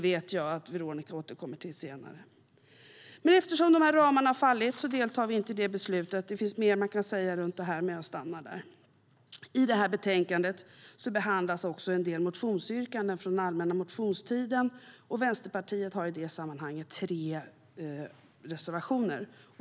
Veronica återkommer till det senare.I detta betänkande behandlas också en del motionsyrkanden från allmänna motionstiden, och Vänsterpartiet har i det sammanhanget tre reservationer.